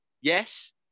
Yes